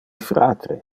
fratre